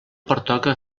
pertoca